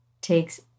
takes